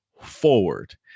forward